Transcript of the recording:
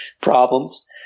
problems